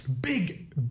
Big